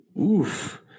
Oof